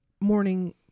morning